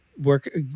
work